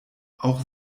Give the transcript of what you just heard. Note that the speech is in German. auch